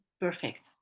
Perfect